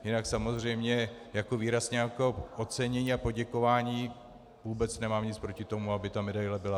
Jinak samozřejmě jako výraz nějakého ocenění a poděkování vůbec nemám nic proti tomu, aby ta medaile byla.